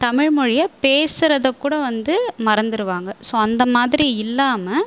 தமிழ்மொழியை பேசுறதை கூட வந்து மறந்துருவாங்க ஸோ அந்த மாதிரி இல்லாமல்